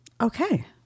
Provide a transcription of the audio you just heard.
Okay